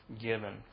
given